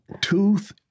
tooth